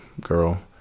girl